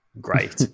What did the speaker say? great